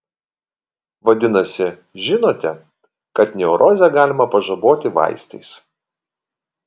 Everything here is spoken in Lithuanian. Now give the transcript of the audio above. vadinasi žinote kad neurozę galima pažaboti vaistais